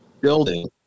building